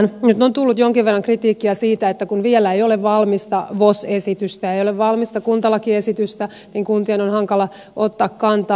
nyt on tullut jonkin verran kritiikkiä siitä että kun vielä ei ole valmista vos esitystä ei ole valmista kuntalakiesitystä niin kuntien on hankala ottaa kantaa